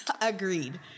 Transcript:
agreed